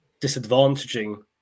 disadvantaging